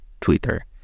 Twitter